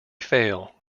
fail